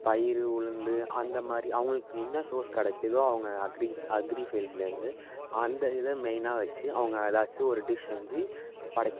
பயிறு உளுந்து அந்த மாதுரி அவங்களுக்கு என்ன சோர்ஸ் கிடைக்கிதோ அவங்க அக்ரி அக்ரி ஃபீல்டுலேருந்து அந்த இதை மெயினாக வெச்சி அவங்க ஏதாச்சும் ஒரு டிஷ் செஞ்சு படைக்கிறது